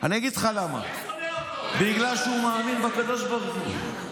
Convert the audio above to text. אני אגיד לך למה, בגלל שהוא מאמין בקדוש ברוך הוא,